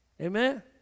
Amen